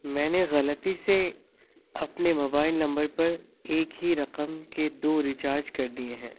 میں نے غلطی سے اپنے موبائل نمبر پر ایک ہی رقم کے دو ریچارج کر دیے ہیں